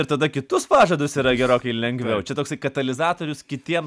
ir tada kitus pažadus yra gerokai lengviau čia toksai katalizatorius kitiems